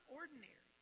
ordinary